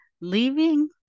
leaving